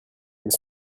ils